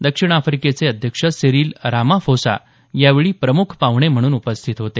दक्षिण आफ्रिकेचे अध्यक्ष सिरिल रामाफोसा यावेळी प्रमुख पाहुणे म्हणून उपस्थित होते